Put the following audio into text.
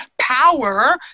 power